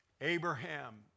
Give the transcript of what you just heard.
Abraham